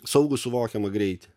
saugų suvokiamą greitį